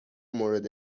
مورد